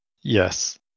Yes